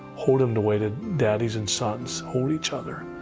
hold him the way that daddies and sons hold each other.